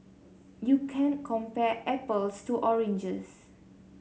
you can't compare apples to oranges